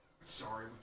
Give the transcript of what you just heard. Sorry